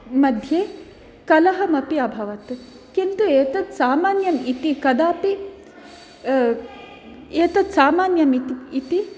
मध्ये कलहमपि अभवत् किन्तु एतत् सामान्यम् इति कदापि एतत् सामान्यम् इति